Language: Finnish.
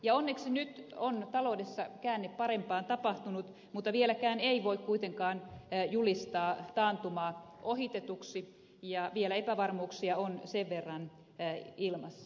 ja onneksi nyt on taloudessa käänne parempaan tapahtunut mutta vieläkään ei voi kuitenkaan julistaa taantumaa ohitetuksi vielä epävarmuuksia on sen verran ilmassa